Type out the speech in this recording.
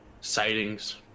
sightings